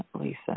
Lisa